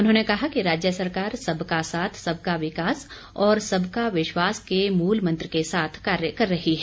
उन्होंने कहा कि राज्य सरकार सबका साथ सबका विकास और सबका विश्वास के मूल मंत्र के साथ कार्य कर रही है